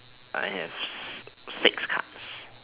I have six cards